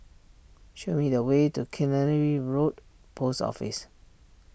show me the way to Road Post Office